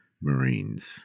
Marines